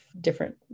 different